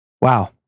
Wow